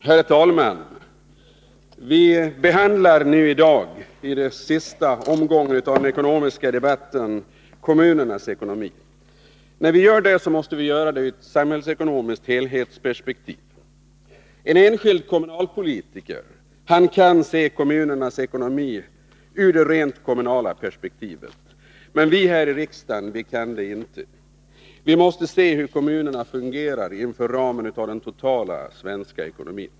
Herr talman! Vi behandlar i dag, i den sista omgången av den ekonomiska debatten, kommunernas ekonomi. När vi gör det, måste vi göra det ur ett samhällsekonomiskt helhetsperspektiv. En enskild kommunalpolitiker kan se kommunernas ekonomi ur det rent kommunala perspektivet, men vi här i riksdagen kan det inte. Vi måste se till hur kommunerna fungerar inom ramen av den totala svenska ekonomin.